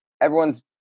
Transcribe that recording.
everyone's